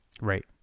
right